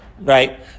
right